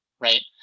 right